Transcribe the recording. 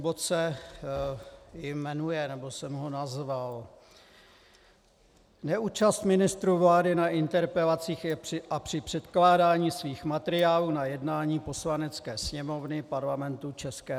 Bod se jmenuje, nebo jsem ho nazval Neúčast ministrů vlády na interpelacích a při předkládání svých materiálů na jednání Poslanecké sněmovny Parlamentu ČR.